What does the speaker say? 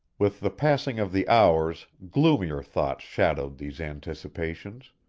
with the passing of the hours gloomier thoughts shadowed these anticipations.